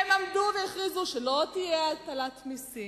הם עמדו והכריזו שלא תהיה הטלת מסים,